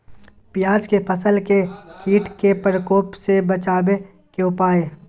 प्याज के फसल के कीट के प्रकोप से बचावे के उपाय?